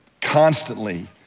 constantly